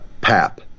PAP